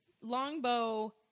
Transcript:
Longbow